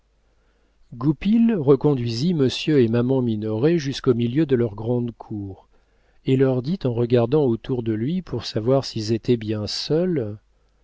goupil reconduisit monsieur et madame minoret jusqu'au milieu de leur grande cour et leur dit en regardant autour de lui pour savoir s'ils étaient bien seuls